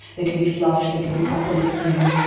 they can be flushed, they can be properly cleaned.